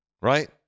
right